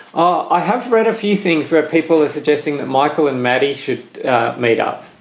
i have read a few things where people are suggesting that michael and maddy should meet up.